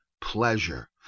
pleasure